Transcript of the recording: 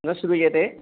न श्रूयते